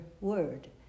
word